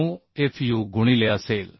9fu गुणिले असेल